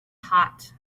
hot